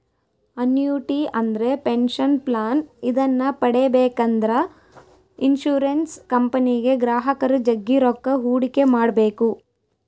annuity ಅಂದ್ರೆ pension plan ಇದನ್ನ ಪಡೆಬೇಕೆಂದ್ರ ಇನ್ಶುರೆನ್ಸ್ ಕಂಪನಿಗೆ ಗ್ರಾಹಕರು ಜಗ್ಗಿ ರೊಕ್ಕ ಹೂಡಿಕೆ ಮಾಡ್ಬೇಕು